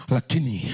Lakini